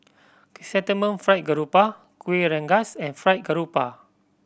Chrysanthemum Fried Garoupa Kueh Rengas and Fried Garoupa